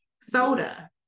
soda